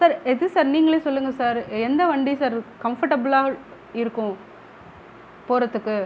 sir எது sir நீங்களே சொல்லுங்க சார் எந்த வண்டி சார் கம்ஃபர்ட்டபிளாக இருக்கும் போகிறதுக்கு